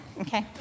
okay